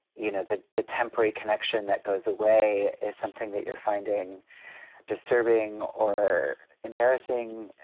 you know, the the temporary connection that goes away is something that you're finding disturbing or embarrassing,